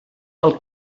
pel